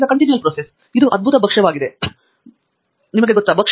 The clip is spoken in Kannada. ಇದು ಅದ್ಭುತ ಭಕ್ಷ್ಯವಾಗಿದೆ ಆದರೆ ನಿಮಗೆ ಗೊತ್ತಾ